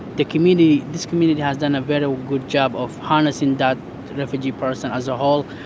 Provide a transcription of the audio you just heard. the community this community has done a very good job of harnessing that refugee person as a whole,